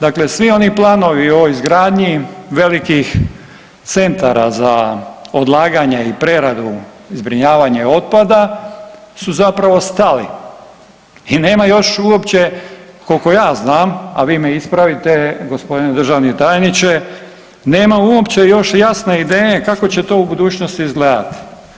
Dakle, svi oni planovi o izgradnji velikih centara za odlaganje i preradu, zbrinjavanje otpada su zapravo stali i nema još uopće koliko ja znam, a vi me ispravite gospodine državni tajniče, nama još uopće jasne ideje kako će to u budućnosti izgledati.